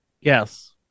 Yes